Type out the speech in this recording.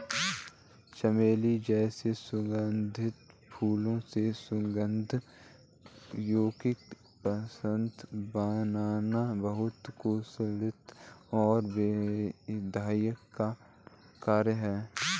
चमेली जैसे सुगंधित फूलों से सुगंध युक्त पदार्थ बनाना बहुत कुशलता और धैर्य का कार्य है